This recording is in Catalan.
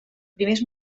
primers